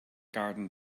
garden